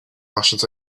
martians